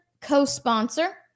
co-sponsor